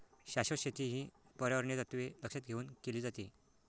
शाश्वत शेती ही पर्यावरणीय तत्त्वे लक्षात घेऊन केली जाते